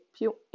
più